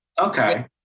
okay